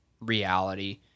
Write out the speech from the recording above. reality